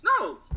No